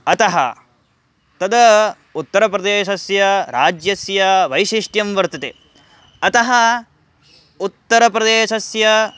अतः तद् उत्तरप्रदेशस्य राज्यस्य वैशिष्ट्यं वर्तते अतः उत्तरप्रदेशस्य